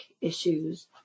issues